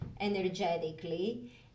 energetically